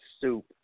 soup